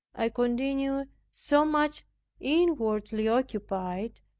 i continued so much inwardly occupied,